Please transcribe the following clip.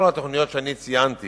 כל התוכניות שאני ציינתי